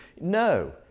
no